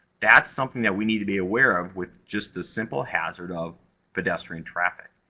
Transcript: that's something that we need to be aware of with just the simple hazard of pedestrian traffic.